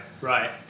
right